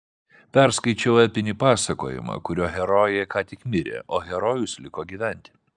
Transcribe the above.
perskaičiau epinį pasakojimą kurio herojė ką tik mirė o herojus liko gyventi